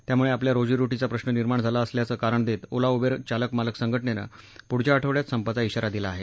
त्यामुळे आपल्या रोजीरोटीचा प्रश्न निर्माण झाला असल्याचं कारण देत ओला उबेर चालक मालक संघटनेनं पुढच्या आठवड्यात संपाचा इशारा दिला आहे